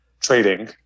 trading